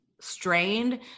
strained